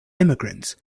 immigrants